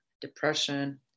depression